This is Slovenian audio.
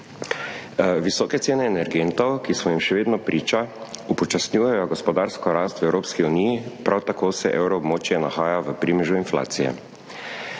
Visoke cene energentov, ki smo jim še vedno priča, upočasnjujejo gospodarsko rast v Evropski uniji, prav tako se evroobmočje nahaja v primežu inflacije.